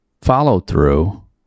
follow-through